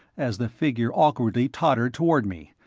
as the figure awkwardly tottered toward me,